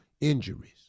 injuries